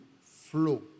flow